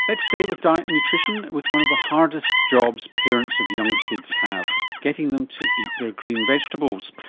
let's stay with diet and nutrition, with one of the hardest jobs parents of young kids have getting them to eat their green vegetables.